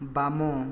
ବାମ